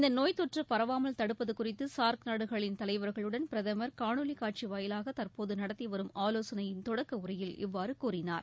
இந்த நோய் தொற்று பரவாமல் தடுப்பது குறித்து சார்க் நாடுகளின் தலைவர்களுடன் பிரதமர் காணொலிக் காட்சி வாயிலாக தற்போது நடத்தி வரும் ஆலோசனையின் தொடக்க உரையில் இவ்வாறு கூறினார்